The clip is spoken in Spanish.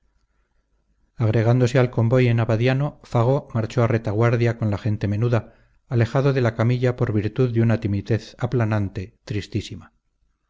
agregándose al convoy en abadiano fago marchó a retaguardia con la gente menuda alejado de la camilla por virtud de una timidez aplanante tristísima